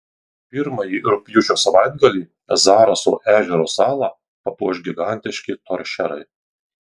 pirmąjį rugpjūčio savaitgalį zaraso ežero salą papuoš gigantiški toršerai